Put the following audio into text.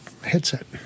headset